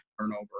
turnover